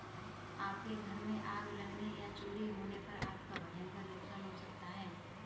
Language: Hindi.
आपके घर में आग लगने या चोरी होने पर आपका भयंकर नुकसान हो सकता है